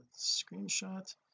screenshot